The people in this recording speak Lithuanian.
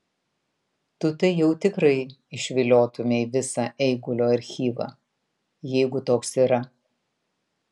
tu tai jau tikrai išviliotumei visą eigulio archyvą jeigu toks yra